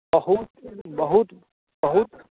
बहुत बहुत बहुत